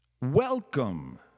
Welcome